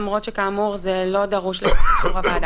למרות שזה לא דרוש לאישור הוועדה,